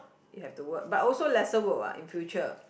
you have to work but also lesser work what in future